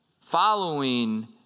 Following